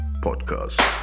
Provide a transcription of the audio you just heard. Podcast